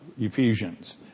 Ephesians